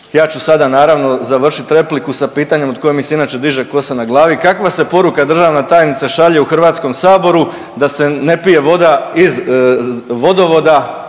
ja ću sada naravno završit repliku sa pitanjem od kojeg mi se inače diže kosa na glavi. Kakva se poruka državna tajnice šalje u HS-u da se ne pije voda iz vodovoda